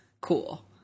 cool